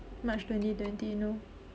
march twenty twenty no